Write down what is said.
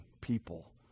people